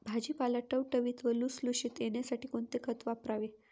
भाजीपाला टवटवीत व लुसलुशीत येण्यासाठी कोणते खत वापरावे?